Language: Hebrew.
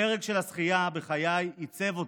הפרק של השחייה בחיי עיצב אותי,